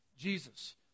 Jesus